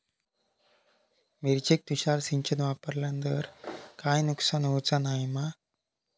मिरचेक तुषार सिंचन वापरला तर काय नुकसान होऊचा नाय मा?